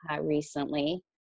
recently